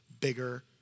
bigger